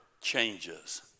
changes